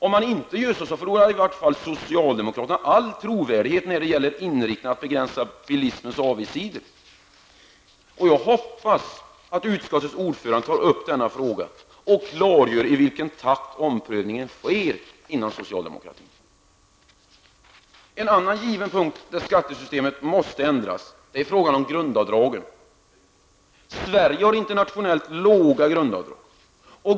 Om inte, så förlorar i varje fall socialdemokraterna all trovärdighet vad gäller inriktningen att begränsa bilismens avigsidor. Jag hoppas att utskottets ordförande tar upp denna fråga till diskussion och klargör i vilken takt omprövning sker inom socialdemokratin. En annan given punkt där skattesystemet måste ändras gäller frågan om grundavdragen. Sverige har internationellt sett låga grundavdrag.